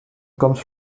comes